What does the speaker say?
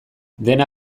dena